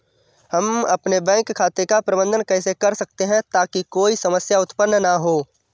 हम अपने बैंक खाते का प्रबंधन कैसे कर सकते हैं ताकि कोई समस्या उत्पन्न न हो?